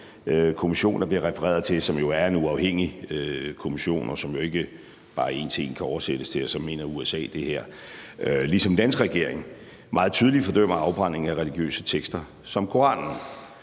kommission, der bliver refereret til, som jo er en uafhængig kommission, og hvis udtalelser jo ikke bare en til en kan oversættes til, at det så er noget, USA mener, ligesom den danske regering meget tydeligt fordømmer afbrænding af religiøse tekster som koranen.